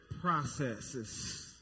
processes